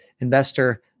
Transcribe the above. investor